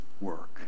work